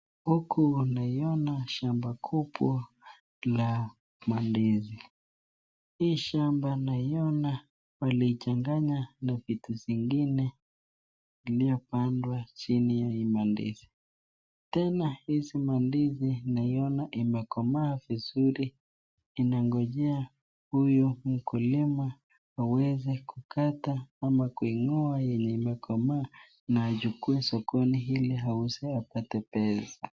Huku naiona shamba kubwa la mandizi. Hii shamba naiona walichanganya na vitu zingine iliyopandwa chini ya mandizi. Tena hizi mandizi naiona imekomaa vizuri inangojea huyu mkulima waweze kukata ama kuing'oa yenye imekomaa na aichukue sokoni ili auze apate pesa.